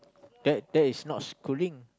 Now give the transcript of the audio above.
that that is not schooling